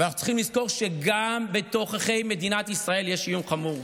אבל אנחנו צריכים לזכור שגם בתוככי מדינת ישראל יש איום חמור.